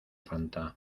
fanta